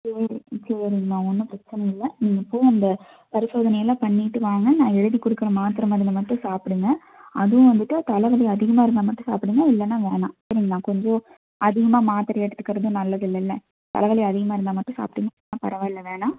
சரி சரிங்கமா ஒன்றும் பிரச்சின இல்லை நீங்கள் போங்க பரிசோதனை எல்லாம் பண்ணிவிட்டு வாங்க நான் எழுதி கொடுக்கற மாத்திரை மருந்தை மட்டும் சாப்பிடுங்க அதுவும் வந்துட்டு தலை வலி அதிகமாக இருந்தால் மட்டும் சாப்பிடுங்க இல்லைன்னா வேணால் சரிங்களா கொஞ்சம் அதிகமாக மாத்திரை எடுத்துக்கிறதும் நல்லதில்லலை தலை வலி அதிகமாக இருந்தால் மட்டும் சாப்பிடுங்க ஆ பரவாயில்ல வேணாம்